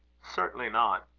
certainly not.